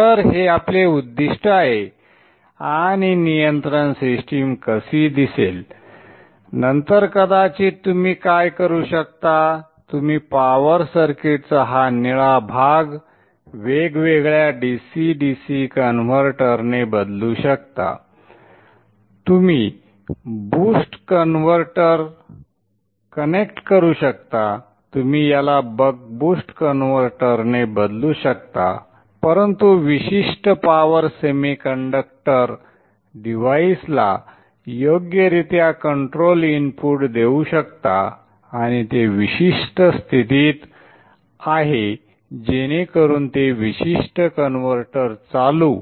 तर हे आपले उद्दिष्ट आहे आणि नियंत्रण सिस्टीम कशी दिसेल नंतर कदाचित तुम्ही काय करू शकता तुम्ही पॉवर सर्किटचा हा निळा भाग वेगवेगळ्या DC DC कन्व्हर्टरने बदलू शकता तुम्ही बूस्ट कन्व्हर्टर कनेक्ट करू शकता तुम्ही याला बक बूस्ट कन्व्हर्टरने बदलू शकता परंतु विशिष्ट पॉवर सेमीकंडक्टर डिव्हाइसला योग्यरित्या कंट्रोल इनपुट देऊ शकता आणि ते विशिष्ट स्थितीत आहे जेणेकरून ते विशिष्ट कन्व्हर्टर चालू